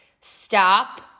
Stop